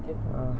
it